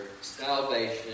salvation